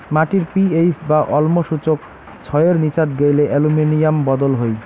মাটির পি.এইচ বা অম্ল সূচক ছয়ের নীচাত গেইলে অ্যালুমিনিয়াম বদল হই